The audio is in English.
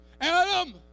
Adam